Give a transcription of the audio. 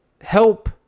help